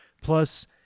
Plus